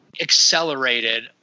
accelerated